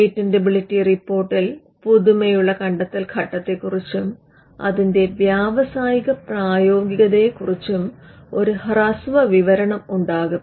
patentability റിപ്പോർട്ടിൽ പുതുമയുള്ള കണ്ടെത്തൽ ഘട്ടത്തെക്കുറിച്ചും അതിന്റെ വ്യാവസായിക പ്രയോഗികതയെ കുറിച്ചും ഒരു ഹ്രസ്വ വിവരണം ഉണ്ടാകും